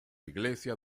iglesia